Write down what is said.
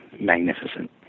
magnificent